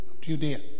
Judea